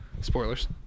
Spoilers